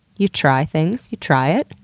you try things. you try it.